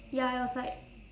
ya it was like